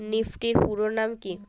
Nifty এর পুরোনাম কী?